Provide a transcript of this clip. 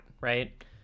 right